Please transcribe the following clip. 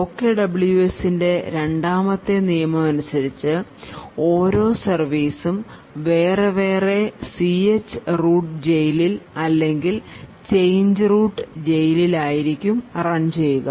OKWSൻറെ രണ്ടാമത്തെ നിയമമനുസരിച്ച് ഓരോ സർവീസും വേറെ വേറെ ch റൂട്ട് ജയിലിൽ അല്ലെങ്കിൽ ചേഞ്ച് റൂട്ട് ജയിലിൽ ആയിരിക്കും റൺ ചെയ്യുക